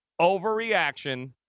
overreaction